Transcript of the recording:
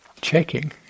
checking